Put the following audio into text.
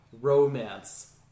romance